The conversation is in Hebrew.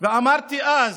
ואמרתי אז